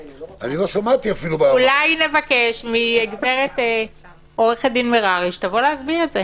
אולי נבקש מעו"ד מררי שתבוא להסביר את זה.